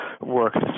works